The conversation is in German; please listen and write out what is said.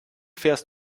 fährst